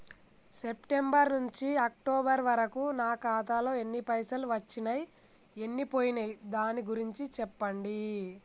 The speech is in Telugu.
సెప్టెంబర్ నుంచి అక్టోబర్ వరకు నా ఖాతాలో ఎన్ని పైసలు వచ్చినయ్ ఎన్ని పోయినయ్ దాని గురించి చెప్పండి?